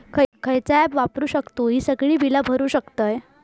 खयचा ऍप वापरू शकतू ही सगळी बीला भरु शकतय?